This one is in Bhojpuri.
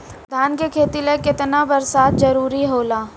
धान के खेती ला केतना बरसात जरूरी होला?